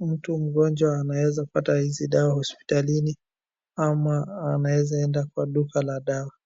Mtu mgonjwa anaeza pata hizi dawa hospitalini ama anaeza enda kwa duka la dawa.